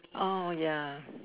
oh ya